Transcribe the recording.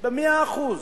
במאה אחוז.